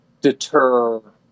deter